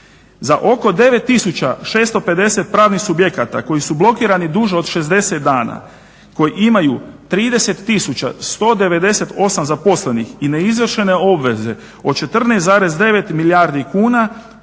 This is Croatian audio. Za oko 9 650 pravnih subjekata, koji su blokirani duže od 60 dana, koji imaju 30 198 zaposlenih i ne izvršene obveze, od 14,9 milijuna kuna,